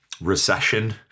recession